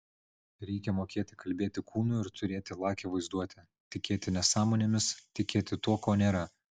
reikia mokėti kalbėti kūnu ir turėti lakią vaizduotę tikėti nesąmonėmis tikėti tuo ko nėra